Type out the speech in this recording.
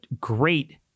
great